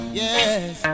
yes